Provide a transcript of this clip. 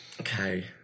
Okay